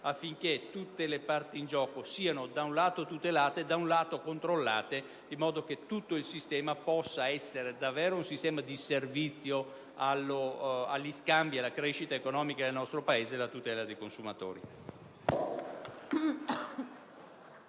affinché tutte le parti in gioco siano da un lato tutelate e dall'altro controllate in modo che tutto il sistema possa essere davvero un sistema di servizio agli scambi, alla crescita economica del nostro Paese e alla tutela dei consumatori.